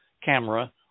camera